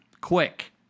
quick